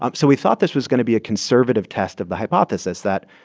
um so we thought this was going to be a conservative test of the hypothesis, that,